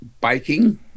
biking